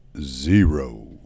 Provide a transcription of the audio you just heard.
Zero